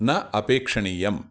न अपेक्षणीयम्